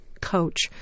coach